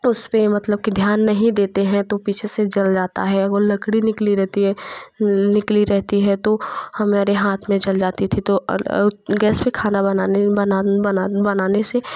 उस पर मतलब की ध्यान नहीं देते हैं तो पीछे से जल जाता है और लकड़ी निकली रहती है निकली रहती है तो हमारे हाथ में चल जाती थी तो और गैस पर खाना बनाने से